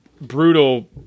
brutal